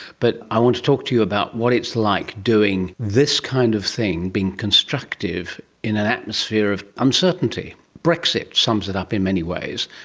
but i want to talk to you about what it's like doing this kind of thing, being constructive in an atmosphere of uncertainty. brexit sums it up in many ways,